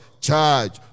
charge